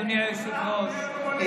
אדוני היושב-ראש,